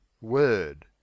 Word